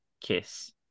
Kiss